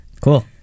Cool